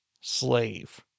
slave